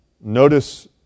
Notice